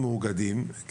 מאוגדים בישראל,